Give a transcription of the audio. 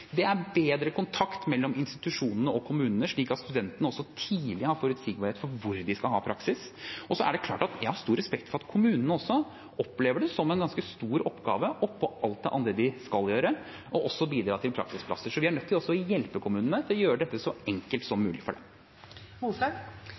bedre kontakt mellom institusjonene og kommunene, slik at studentene tidlig har forutsigbarhet for hvor de skal ha praksis. Det er klart at jeg har stor respekt for at kommunene opplever det som en ganske stor oppgave oppå alt det andre de skal gjøre, også å bidra til praksisplasser. Så vi er nødt til å hjelpe kommunene ved å gjøre dette så enkelt som